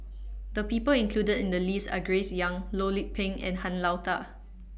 The People included in The list Are Grace Young Loh Lik Peng and Han Lao DA